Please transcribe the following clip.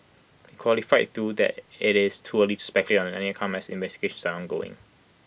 he qualified through that IT is too early to speculate on any outcome as investigations are ongoing